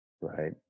right